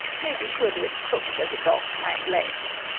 may be surely as crooked as a dog's hind legs.